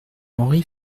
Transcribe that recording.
henri